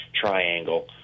triangle